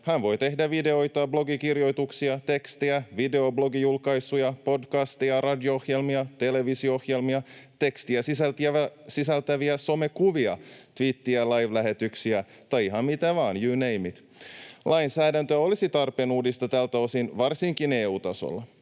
hän voi tehdä videoita, blogikirjoituksia, tekstejä, videoblogijulkaisuja, podcasteja, radio-ohjelmia, televisio-ohjelmia, tekstiä sisältäviä somekuvia, tviittejä ja livelähetyksiä tai ihan mitä vain — you name it. Lainsäädäntöä olisi tarpeen uudistaa tältä osin, varsinkin EU-tasolla.